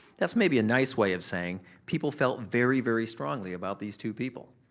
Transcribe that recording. that's maybe a nice way of saying people felt very, very strongly about these two people,